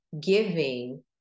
giving